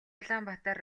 улаанбаатар